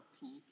peak